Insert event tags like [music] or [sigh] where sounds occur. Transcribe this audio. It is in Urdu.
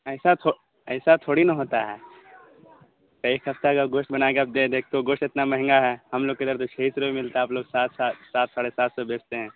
ایسا ایسا تھوڑی نہ ہوتا ہے ایک ہفتہ کا گوشت بنا کے آپ دے دیک تو گوشت اتنا مہنگا ہے ہم لوگ کے ادھر تو چھ سو روپئے ملتا ہے آپ سات سا سات ساڑھے سات سو [unintelligible] بیچتے ہیں